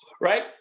Right